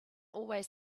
always